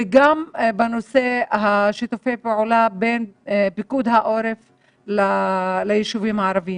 ואם זה בשיתוף הפעולה בין פיקוד העורף ליישובים הערביים.